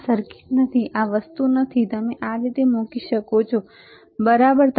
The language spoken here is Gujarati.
આ સર્કિટ નથીઆ આ વસ્તુ નથી કે તમે તેને આ રીતે મૂકી શકો છો બરાબર